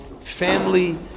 family